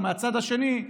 ומהצד השני,